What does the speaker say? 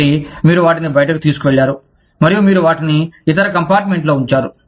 కాబట్టి మీరు వాటిని బయటకు తీసుకువెళ్ళారు మరియు మీరు వాటిని ఇతర కంపార్ట్మెంట్లో ఉంచారు